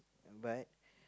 but